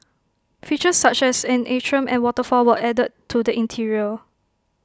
features such as an atrium and waterfall were added to the interior